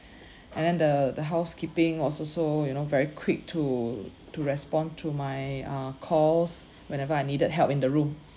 and then the the housekeeping was also you know very quick to to respond to my uh calls whenever I needed help in the room